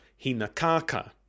Hinakaka